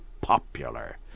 popular